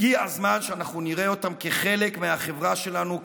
הגיע הזמן שאנחנו נראה אותם כחלק מהחברה שלנו,